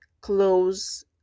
close